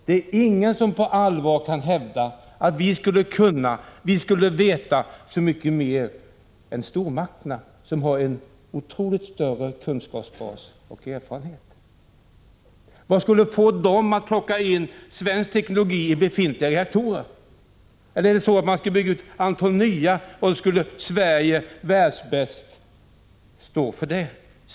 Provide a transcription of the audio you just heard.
Det är ingen som på allvar kan hävda att vi skulle veta så mycket mer än stormakterna, som har en otroligt mycket större kunskapsoch erfarenhetsbas. Vad skulle få dem att plocka in svensk teknologi i befintliga reaktorer? Eller är det så att när de skall bygga ett antal nya reaktorer, då skall Sverige världsbäst stå för det?